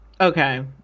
Okay